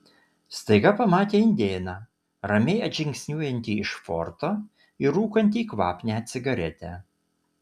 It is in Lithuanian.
staiga pamatė indėną ramiai atžingsniuojantį iš forto ir rūkantį kvapnią cigaretę